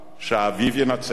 שהאביב ינצח